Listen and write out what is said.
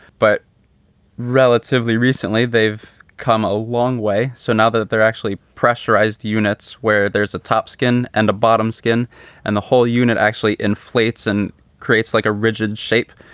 but relatively recently they've come a long way. so now that they're actually pressurized units where there's a top skin and a bottom skin and the whole unit actually inflates and creates like a rigid shape,